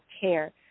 care